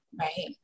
Right